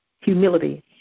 Humility